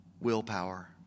Willpower